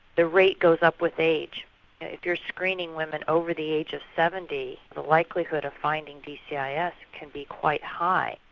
the rate goes up with age. if you're screening women over the age of seventy the likelihood of finding dcis yeah yeah can be quite high.